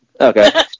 Okay